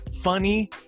funny